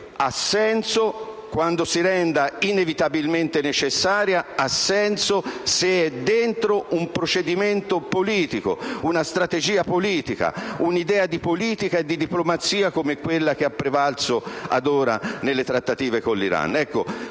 ha senso quando si rende inevitabilmente necessaria, ha senso se è all'interno di un procedimento politico, di una strategia politica, di un'idea di politica e di diplomazia come quella prevalsa fino ad ora nelle trattative con l'Iran.